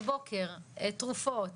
בבוקר תרופות,